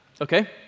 okay